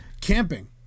camping